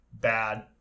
bad